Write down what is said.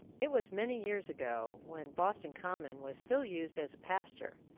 it was many years ago, when boston common was still used as a pasture,